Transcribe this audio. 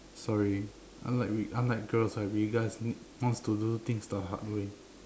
sorry I'm like weak I'm like girl so we guys need wants to do things the hard way